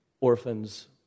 orphans